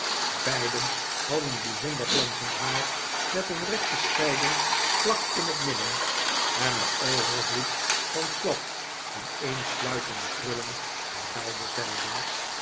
beiden hadden bij zonder glanzend haar met een rechte scheiding vlak in het midden en een overvloed van plat aaneensluitende krullen aan beide zijden